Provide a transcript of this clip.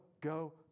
go